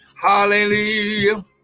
Hallelujah